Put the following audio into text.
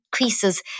increases